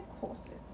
corsets